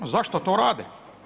Zašto to rade?